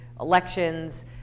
elections